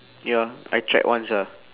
ya I tried once lah